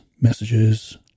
messages